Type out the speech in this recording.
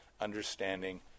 understanding